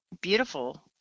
beautiful